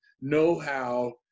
know-how